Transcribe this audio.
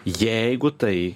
jeigu tai